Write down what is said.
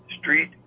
Street